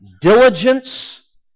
diligence